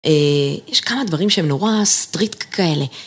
יש כמה דברים שהם נורא סטריקט כאלה.